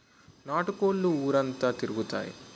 నాటు కోళ్లు ఊరంతా తిరుగుతాయి